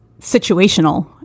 situational